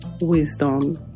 wisdom